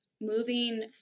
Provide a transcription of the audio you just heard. moving